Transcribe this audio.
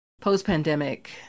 post-pandemic